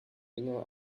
inge